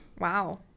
wow